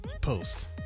post